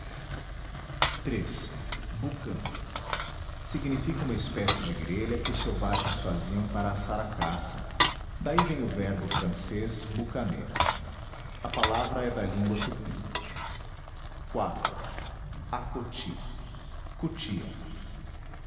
iii bucã significa uma espécie de grelha que os selvagens faziam para assar a caça daí vem o verbo francês boucaner a palavra é da língua tupi iv acoty cutia